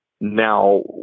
Now